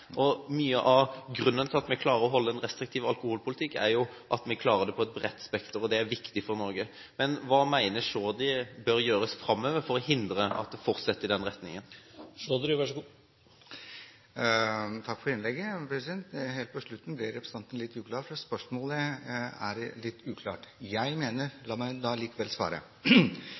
Mye av grunnen til at vi klarer å holde en restriktiv alkoholpolitikk, er at vi klarer å ha det over et bredt spekter, og det er viktig for Norge. Hva mener Chaudhry bør gjøres framover for å hindre at det fortsetter i den retningen? Takk for innlegget. Helt på slutten ble representanten litt uklar, så spørsmålet er litt uklart, men la meg likevel svare.